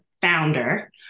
founder